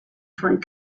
foreign